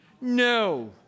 No